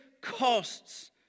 costs